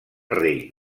rei